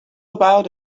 about